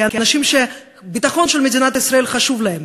כאנשים שהביטחון של מדינת ישראל חשוב להם,